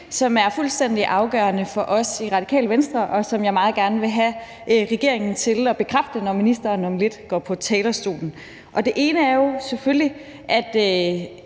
som er fuldstændig afgørende for os i Radikale Venstre, og som jeg meget gerne vil have regeringen til at bekræfte, når ministeren om lidt går på talerstolen. Det ene er jo selvfølgelig, at